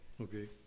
Okay